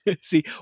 See